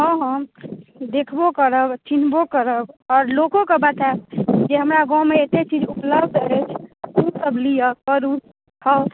हँ हँ देखबो करब चिन्हबो करब आओर लोकोके बताएब जे हमरा गाँवमे अत्ते चीज उपलब्ध अछि अहुँ सब लियऽ करू खाउ